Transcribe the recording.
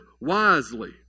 wisely